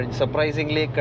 surprisingly